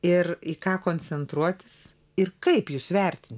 ir į ką koncentruotis ir kaip jus vertint